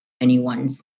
anyone's